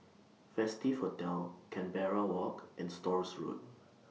Festive Hotel Canberra Walk and Stores Road